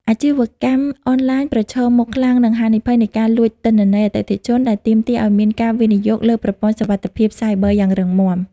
អាជីវកម្មអនឡាញប្រឈមមុខខ្លាំងនឹង ហានិភ័យនៃការលួចទិន្នន័យ អតិថិជន ដែលទាមទារឱ្យមានការវិនិយោគលើប្រព័ន្ធសុវត្ថិភាពសាយប័រយ៉ាងរឹងមាំ។